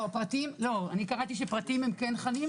אני קראתי שפרטיים הם כן חלים,